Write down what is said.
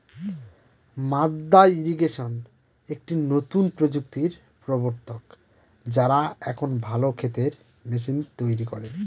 মাদ্দা ইরিগেশন একটি নতুন প্রযুক্তির প্রবর্তক, যারা এখন ভালো ক্ষেতের মেশিন তৈরী করে